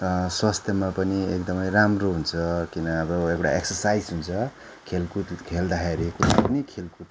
स्वास्थ्यमा पनि एकदमै राम्रो हुन्छ किन अब एउटा एक्सरसाइज हुन्छ खेलकुद खेल्दाखेरि कुनै पनि खेलकुद